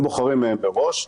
הם בוחרים אותם מראש.